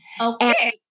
Okay